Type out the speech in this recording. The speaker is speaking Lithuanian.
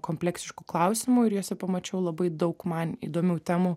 kompleksiškų klausimų ir juose pamačiau labai daug man įdomių temų